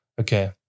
Okay